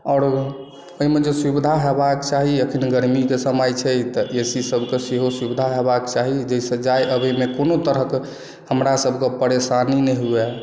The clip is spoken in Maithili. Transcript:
आओर एहिमे जे सुविधा होयबाक चाही अखन गर्मीके समय छै तऽ ए सी सभके सेहो व्यवस्था होयबाक चाही जाहिसे जाइ अबैमे कओनो तरहके हमरा सभ कऽ परेशानी नहि हुए